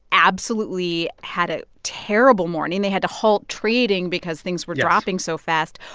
absolutely had a terrible morning. they had to halt trading because things were dropping so fast.